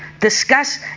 discuss